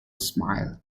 smile